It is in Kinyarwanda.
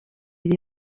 yari